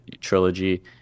trilogy